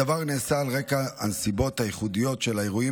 הדבר נעשה על רקע הנסיבות הייחודיות של האירועים